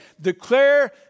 Declare